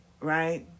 Right